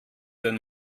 den